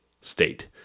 state